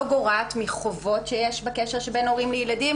גורעת מחובות שיש בקשר שבין הורים לילדים,